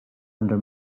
under